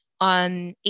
on